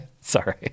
Sorry